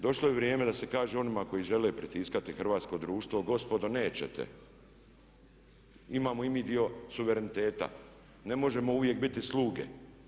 Došlo je vrijeme da se kaže onima koji žele pritiskati hrvatsko društvo gospodo nećete, imamo i mi dio suvereniteta, ne možemo uvijek biti sluge.